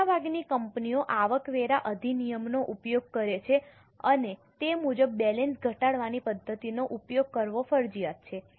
મોટાભાગની કંપનીઓ આવકવેરા અધિનિયમનો ઉપયોગ કરે છે અને તે મુજબ બેલેન્સ ઘટાડવાની પદ્ધતિનો ઉપયોગ કરવો ફરજિયાત છે